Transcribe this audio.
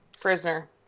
Prisoner